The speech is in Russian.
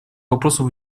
вопросов